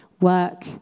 work